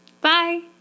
Bye